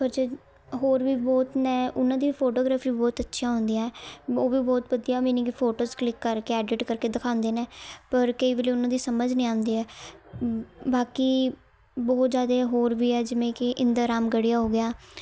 ਪਰ ਜੇ ਹੋਰ ਵੀ ਬਹੁਤ ਨੇ ਉਹਨਾਂ ਦੀ ਵੀ ਫੋਟੋਗ੍ਰਾਫੀ ਬਹੁਤ ਅੱਛੀਆਂ ਹੁੰਦੀਆਂ ਉਹ ਵੀ ਬਹੁਤ ਵਧੀਆ ਮੀਨਿੰਗ ਕਿ ਫੋਟੋਸ ਕਲਿੱਕ ਕਰਕੇ ਐਡਿਟ ਕਰਕੇ ਦਿਖਾਉਂਦੇ ਨੇ ਪਰ ਕਈ ਵਾਰੀ ਉਹਨਾਂ ਦੀ ਸਮਝ ਨਹੀਂ ਆਉਂਦੀ ਹੈ ਬਾਕੀ ਬਹੁਤ ਜ਼ਿਆਦਾ ਹੋਰ ਵੀ ਹੈ ਜਿਵੇਂ ਕਿ ਇੰਦਰ ਰਾਮਗੜੀਆ ਹੋ ਗਿਆ